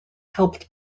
helped